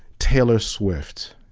taylor swift.